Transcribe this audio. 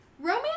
Romance